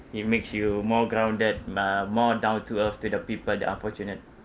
it makes you more grounded uh more down to earth to the people the unfortunate